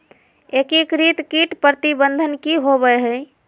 एकीकृत कीट प्रबंधन की होवय हैय?